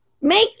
make